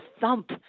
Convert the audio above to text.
thump